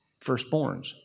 firstborns